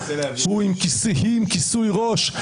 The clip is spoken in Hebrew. היא עם כיסוי ראש,